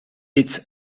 its